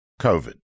COVID